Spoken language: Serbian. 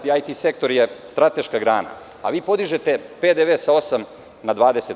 IT sektor je strateška grana, a vi podižete PDV-e sa 8% na 20%